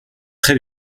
très